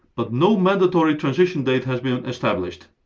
but no mandatory transition date has been established.